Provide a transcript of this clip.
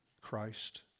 Christ